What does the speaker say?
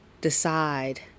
decide